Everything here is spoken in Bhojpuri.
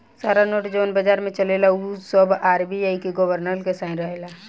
सारा नोट जवन बाजार में चलेला ओ पर आर.बी.आई के गवर्नर के साइन रहेला